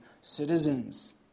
citizens